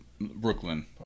Brooklyn